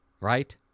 Right